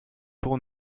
pour